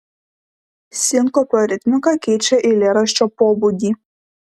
sinkopio ritmika keičia eilėraščio pobūdį